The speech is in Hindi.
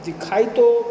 दिखाई तो